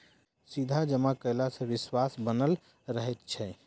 सीधा जमा कयला सॅ विश्वास बनल रहैत छै